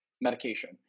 medication